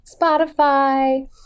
Spotify